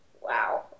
Wow